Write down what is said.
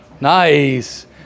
Nice